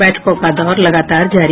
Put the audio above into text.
बैठकों का दौर लगातार जारी